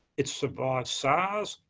it survived sars,